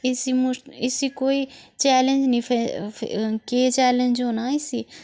इसी मुश इसी कोई चैंलेज नेईं फे फे केह् चैंलेज होना इसी